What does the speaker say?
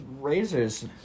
razors